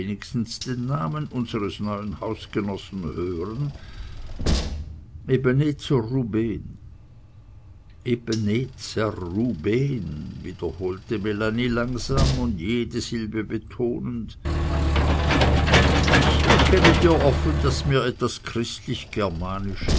den namen unseres neuen hausgenossen hören ebenezer rubehn ebenezer rubehn wiederholte melanie langsam und jede silbe betonend ich bekenne dir offen daß mir etwas christlich germanisches